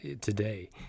today